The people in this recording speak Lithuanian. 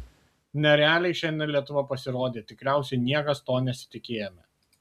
nerealiai šiandien lietuva pasirodė tikriausiai niekas to nesitikėjome